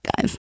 guys